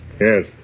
Yes